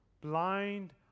Blind